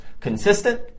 consistent